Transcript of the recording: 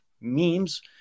memes